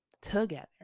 together